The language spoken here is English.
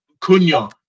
Cunha